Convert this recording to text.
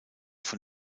von